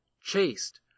chaste